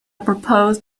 proposed